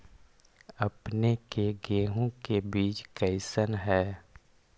अपने के गेहूं के बीज कैसन है?